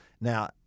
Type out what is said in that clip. Now